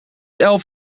elf